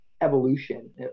evolution